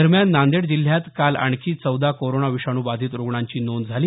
दरम्यान नांदेड जिल्ह्यात काल आणखी चौदा कोरोना विषाणू बाधित रुग्णांची नोंद झाली